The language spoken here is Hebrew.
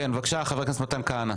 בבקשה, חבר הכנסת מתן כהנא.